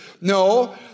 No